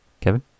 Kevin